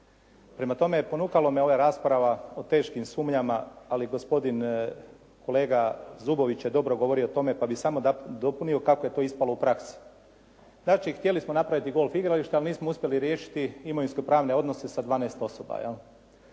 Prema tome, ponukala me ova rasprava o teškim sumnjama, ali gospodin kolega Zubović je dobro govorio o tome, pa bih samo dopunio kako je to ispalo u praksi. Znači, htjeli smo napraviti golf igralište, ali nismo uspjeli riješiti imovinsko-pravne odnose sa 12 osoba.